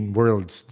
worlds